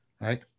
right